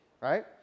right